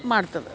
ಮಾಡ್ತದೆ